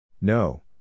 No